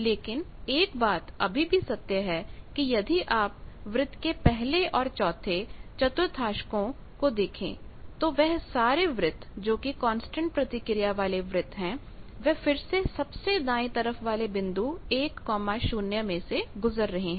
लेकिन एक बात अभी भी सत्य है कि यदि आप वृत्त के पहले और चौथे चतुर्थांशको को देखें तो वह सारे वृत्त जोकि कांस्टेंट प्रतिक्रिया वाले वृत्त हैं वह फिर से सबसे दाएं तरफ वाले बिंदु 10 में से गुजर रहे हैं